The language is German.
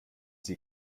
sie